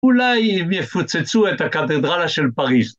אולי יפוצצו את הקתדרלה של פריז.